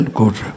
good